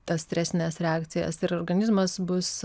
tas stresines reakcijas ir organizmas bus